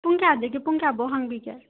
ꯄꯨꯡ ꯀꯌꯥꯗꯒꯤ ꯄꯨꯡ ꯀꯌꯥ ꯐꯥꯎꯕ ꯍꯥꯡꯕꯤꯒꯦ